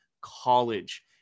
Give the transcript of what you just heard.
college